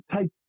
take